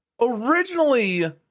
Originally